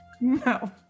no